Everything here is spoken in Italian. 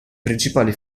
principali